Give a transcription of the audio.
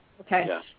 okay